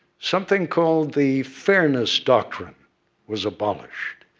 something called the fairness doctrine was abolished.